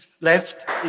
left